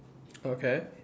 okay